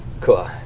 Cool